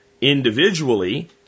individually